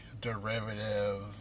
derivative